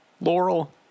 Laurel